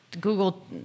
Google